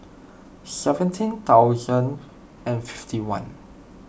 seventeen thousand and fifty one